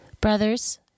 Brothers